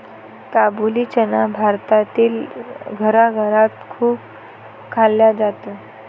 काबुली चना भारतातील घराघरात खूप खाल्ला जातो